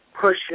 push